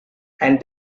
and